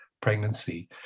pregnancy